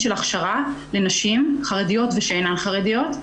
של הכשרה לנשים חרדיות ושאינן חרדיות,